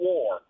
War